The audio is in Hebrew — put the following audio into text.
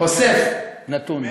הוסף נתון.